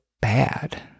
bad